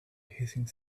hissing